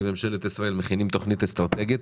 כממשלת ישראל מכינים תוכנית אסטרטגית